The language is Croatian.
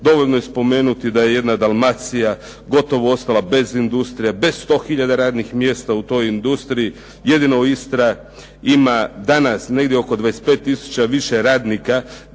Dovoljno je spomenuti da je jedna Dalmacija gotovo ostala bez industrije, bez 100 hiljada radnih mjesta u toj industriji. Jedino Istra ima danas negdje oko 25 tisuća više radnika